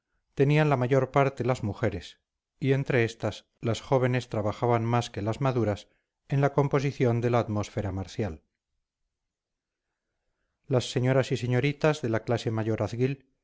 tenían la mayor parte las mujeres y entre estas las jóvenes trabajaban más que las maduras en la composición de la atmósfera marcial las señoras y señoritas de la clase